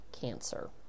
cancer